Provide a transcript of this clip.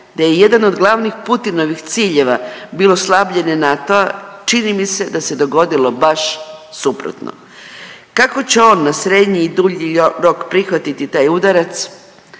da je jedan od glavnih Putinovih ciljeva bilo slabljenje NATO-a, čini mi se da se dogodilo baš suprotno. Kako će on na srednji i dulji rok prihvatiti taj udarac,